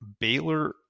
Baylor